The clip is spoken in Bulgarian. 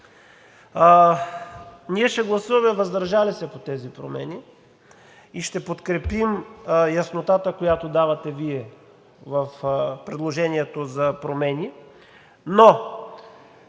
Ние ще гласуваме въздържал се по тези промени и ще подкрепим яснотата, която давате Вие в предложението за промени, но